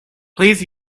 please